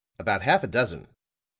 about half a dozen.